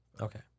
Okay